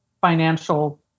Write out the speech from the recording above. financial